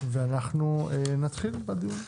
נתחיל בדיון.